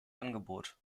angebot